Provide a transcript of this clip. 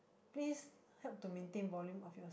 please help to maintain volume of yours